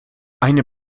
eine